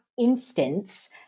instance